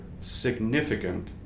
significant